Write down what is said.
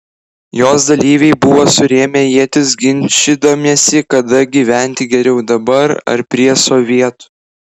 jos dalyviai buvo surėmę ietis ginčydamiesi kada gyventi geriau dabar ar prie sovietų